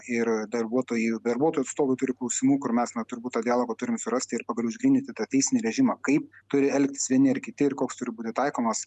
ir darbuotojų darbuotojų atstovai turi klausimų kur mes na turbūt tą dialogą turim surasti ir pagaliau išgryninti tą teisinį režimą kaip turi elgtis vieni ar kiti ir koks turi būti taikomas